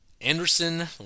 Anderson